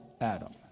Adam